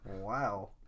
Wow